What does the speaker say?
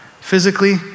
physically